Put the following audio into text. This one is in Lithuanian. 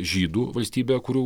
žydų valstybė kurių